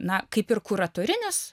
na kaip ir kuratorinis